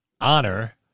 honor